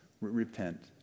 Repent